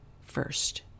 first